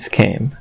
came